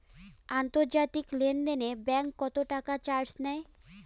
আন্তর্জাতিক লেনদেনে ব্যাংক কত টাকা চার্জ নেয়?